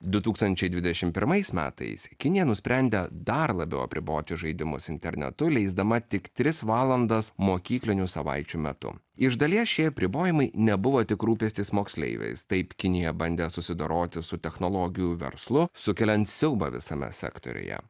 du tūkstančiai dvidešim pirmais metais kinija nusprendė dar labiau apriboti žaidimus internetu leisdama tik tris valandas mokyklinių savaičių metu iš dalies šie apribojimai nebuvo tik rūpestis moksleiviais taip kinija bandė susidoroti su technologijų verslu sukeliant siaubą visame sektoriuje